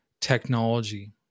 technology